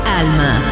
Alma